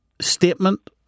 statement